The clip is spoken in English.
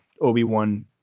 Obi-Wan